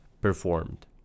performed